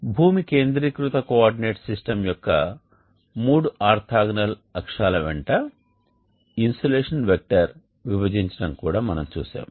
భూమి కేంద్రీకృత coordinate system యొక్క మూడు ఆర్తోగోనల్ అక్షాల వెంట ఇన్సోలేషన్ వెక్టర్ విభజించడం కూడా మనము చూశాము